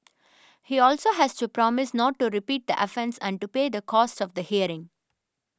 he also has to promise not to repeat the offence and to pay the cost of the hearing